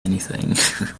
anything